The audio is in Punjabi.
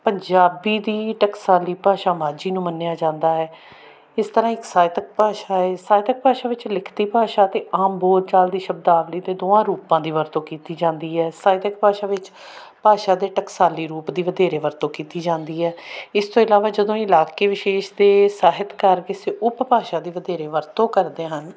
ਪੰਜਾਬੀ ਦੀ ਟਕਸਾਲੀ ਭਾਸ਼ਾ ਮਾਝੀ ਨੂੰ ਮੰਨਿਆ ਜਾਂਦਾ ਹੈ ਇਸ ਤਰ੍ਹਾਂ ਇੱਕ ਸਾਹਿਤਕ ਭਾਸ਼ਾ ਏ ਸਾਹਿਤਕ ਭਾਸ਼ਾ ਵਿੱਚ ਲਿਖਤੀ ਭਾਸ਼ਾ ਅਤੇ ਆਮ ਬੋਲ ਚਾਲ ਦੀ ਸ਼ਬਦਾਵਲੀ ਅਤੇ ਦੋਵਾਂ ਰੂਪਾਂ ਦੀ ਵਰਤੋਂ ਕੀਤੀ ਜਾਂਦੀ ਹੈ ਸਾਹਿਤਕ ਭਾਸ਼ਾ ਵਿੱਚ ਭਾਸ਼ਾ ਦੇ ਟਕਸਾਲੀ ਰੂਪ ਦੀ ਵਧੇਰੇ ਵਰਤੋਂ ਕੀਤੀ ਜਾਂਦੀ ਹੈ ਇਸ ਤੋਂ ਇਲਾਵਾ ਜਦੋਂ ਇਲਾਕੇ ਵਿਸ਼ੇਸ਼ ਦੇ ਸਾਹਿਤਕਾਰ ਕਿਸੇ ਉਪ ਭਾਸ਼ਾ ਦੀ ਵਧੇਰੇ ਵਰਤੋਂ ਕਰਦੇ ਹਨ